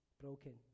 broken